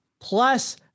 plus